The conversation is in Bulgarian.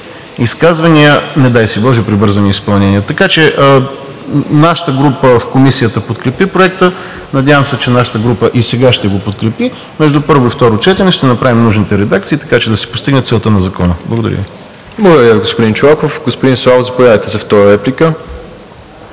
изказвания, не дай си боже, прибързани изпълнения. Нашата група в Комисията подкрепи Проекта, надявам се, че и сега ще го подкрепи. Между първо и второ четене ще направим нужните редакции, така че да се постигне целта на Закона. Благодаря Ви. ПРЕДСЕДАТЕЛ МИРОСЛАВ ИВАНОВ: Благодаря Ви, господин Чолаков. Господин Славов, заповядайте за втора реплика.